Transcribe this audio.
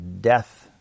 death